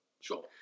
Sure